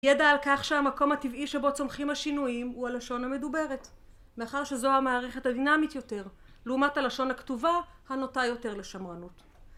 ידע על כך שהמקום הטבעי שבו צומחים השינויים הוא הלשון המדוברת מאחר שזו המערכת הדינמית יותר, לעומת הלשון הכתובה הנוטה יותר לשמרנות